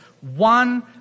one